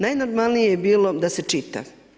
Najnormalnije je bilo da se čita.